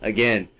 Again